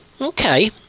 Okay